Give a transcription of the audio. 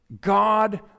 God